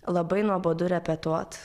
labai nuobodu repetuot